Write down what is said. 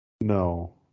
No